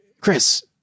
Chris